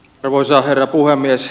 arvoisa herra puhemies